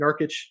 Narkic